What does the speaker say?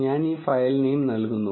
ഞാൻ ഈ file name നൽകുന്നു